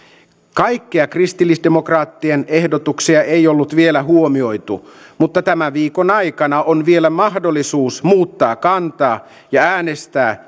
kaikkia kristillisdemokraattien ehdotuksia ei ollut vielä huomioitu mutta tämän viikon aikana on vielä mahdollisuus muuttaa kantaa ja äänestää